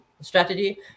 strategy